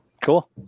cool